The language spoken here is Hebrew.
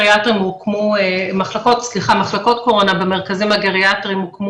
מחלקות הקורונה במרכזים הגריאטריים הוקמו